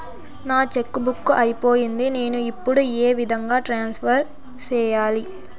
నా cheque book అయిపోయింది నేను ఇప్పుడు ఏ విధంగా ట్రాన్స్ఫర్ సేయాలి?